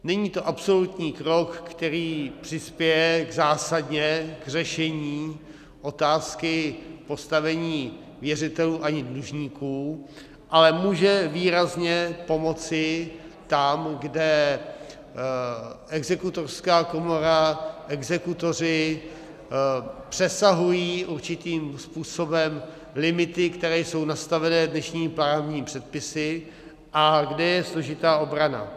Není to absolutní krok, který přispěje zásadně k řešení otázky postavení věřitelů ani dlužníků, ale může výrazně pomoci tam, kde exekutorská komora, exekutoři přesahují určitým způsobem limity, které jsou nastaveny dnešními právními předpisy a kde je složitá obrana.